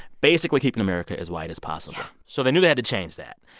basically keeping america as white as possible. so they knew they had to change that.